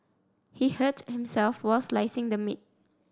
he hurt himself while slicing the meat